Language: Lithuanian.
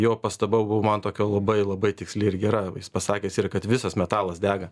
jo pastaba buvo man tokia labai labai tiksli ir gera jis pasakęs yra kad visas metalas dega